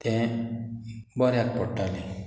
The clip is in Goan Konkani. तें बऱ्याक पडटालें